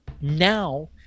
now